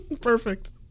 Perfect